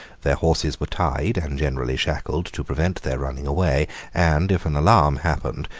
their horses were tied, and generally shackled, to prevent their running away and if an alarm happened,